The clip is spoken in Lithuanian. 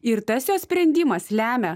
ir tas jo sprendimas lemia